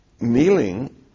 Kneeling